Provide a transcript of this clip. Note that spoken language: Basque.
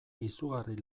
izugarri